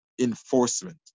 enforcement